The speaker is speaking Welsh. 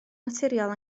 naturiol